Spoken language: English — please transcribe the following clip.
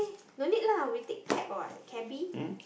no need lah we take cab what cabbie